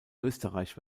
österreich